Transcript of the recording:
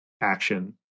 action